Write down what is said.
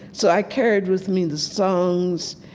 so i carried with me the songs.